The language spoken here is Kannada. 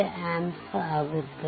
5amps ಆಗುತ್ತದೆ